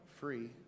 free